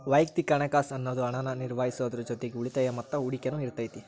ವಯಕ್ತಿಕ ಹಣಕಾಸ್ ಅನ್ನುದು ಹಣನ ನಿರ್ವಹಿಸೋದ್ರ್ ಜೊತಿಗಿ ಉಳಿತಾಯ ಮತ್ತ ಹೂಡಕಿನು ಇರತೈತಿ